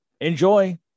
enjoy